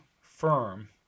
firm